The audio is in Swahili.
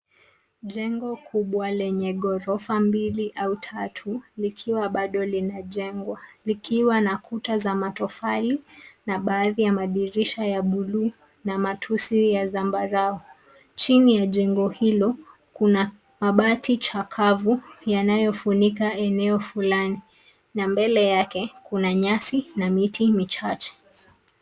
Jengo kubwa lenye ghorofa mbili au tatu likiwa bado linajengwa likiwa na kuta za matofali na baadhi ya madirisha ya buluu na matusi ya zambarau. Chini ya jengo hilo, kuna mabati chakavu yanayofunika eneo fulani na mbele yake kuna nyasi na miti michache.